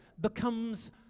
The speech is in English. becomes